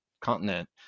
continent